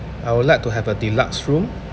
I would like to have a deluxe room